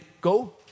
go